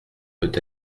peut